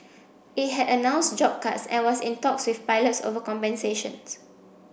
it had announced job cuts and was in talks with pilots over compensations